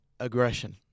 aggression